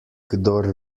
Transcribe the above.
kdor